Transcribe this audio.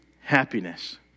happiness